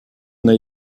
n’a